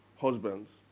husbands